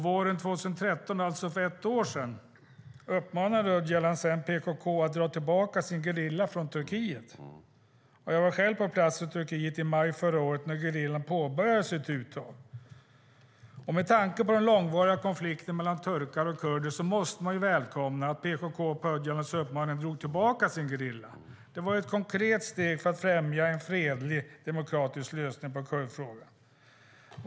Våren 2013, alltså för ett år sedan, uppmanade Öcalan PKK att dra tillbaka sin gerilla från Turkiet. Jag var själv på plats i Turkiet i maj förra året när gerillan påbörjade sitt uttåg. Med tanke på den långvariga konflikten mellan turkar och kurder måste man välkomna att PKK på Öcalans uppmaning drog tillbaka sin gerilla. Det var ett konkret steg för att främja en fredlig demokratisk lösning på kurdfrågan.